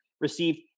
received